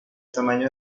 tamaño